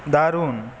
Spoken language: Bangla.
দারুন